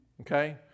Okay